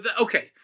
Okay